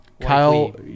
Kyle